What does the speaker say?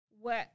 work